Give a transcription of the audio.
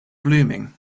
blooming